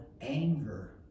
anger